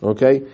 Okay